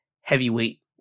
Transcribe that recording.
heavyweight